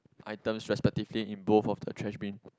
items respectively in both of the trash bin